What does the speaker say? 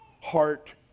heart